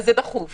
אז זה נחשב דחוף.